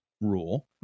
rule